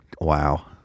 wow